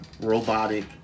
robotic